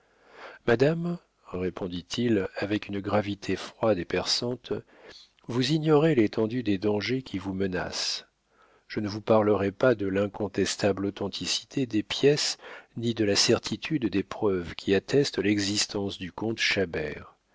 madame répondit-il avec une gravité froide et perçante vous ignorez l'étendue des dangers qui vous menacent je ne vous parlerai pas de l'incontestable authenticité des pièces ni de la certitude des preuves qui attestent l'existence du comte